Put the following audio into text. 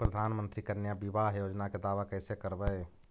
प्रधानमंत्री कन्या बिबाह योजना के दाबा कैसे करबै?